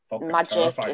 magic